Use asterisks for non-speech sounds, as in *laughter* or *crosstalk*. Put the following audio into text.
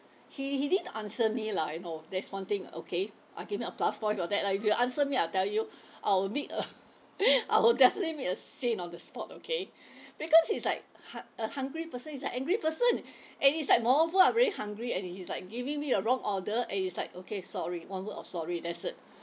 he he didn't answer me lah you know that's one thing okay I give him a plus point for that lah if he answered me I tell you I'll make a *laughs* I will definitely make a scene on the spot okay because it's like hun~ a hungry person is an angry person and it's like moreover I'm very hungry and he's like giving me a wrong order and he's like okay sorry one word of sorry that's it